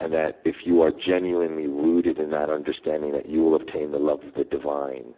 and that if you are genuinely rooted in that understanding, that you will obtain the love of the divine.